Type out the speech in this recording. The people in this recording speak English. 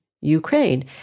Ukraine